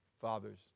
fathers